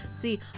See